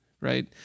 right